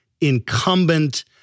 incumbent